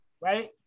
Right